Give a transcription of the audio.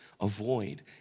avoid